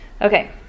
Okay